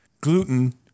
gluten